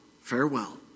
Farewell